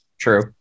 true